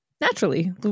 Naturally